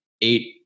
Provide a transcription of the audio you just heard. eight